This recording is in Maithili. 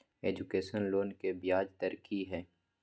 एजुकेशन लोन के ब्याज दर की हय?